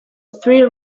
three